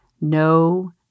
No